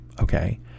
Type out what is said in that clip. Okay